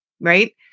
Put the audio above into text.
right